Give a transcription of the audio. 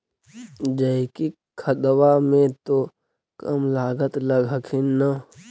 जैकिक खदबा मे तो कम लागत लग हखिन न?